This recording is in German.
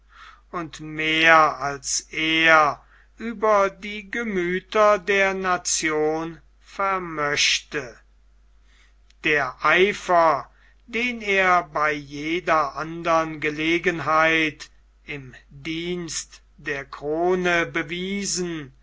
und mehr als er über die gemüther der nation vermöchte der eifer den er bei jeder andern gelegenheit im dienst der krone bewiesen